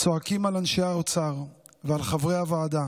צועקים על אנשי האוצר ועל חברי הוועדה